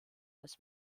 als